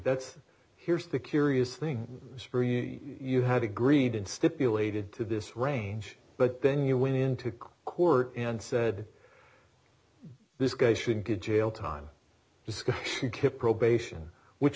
that's here's the curious thing you have agreed and stipulated to this range but then you went into court and said this guy should get jail time discussion kip probation which